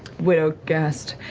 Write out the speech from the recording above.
widogast.